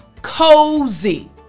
Cozy